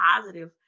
positive